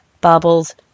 Bubbles